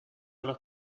los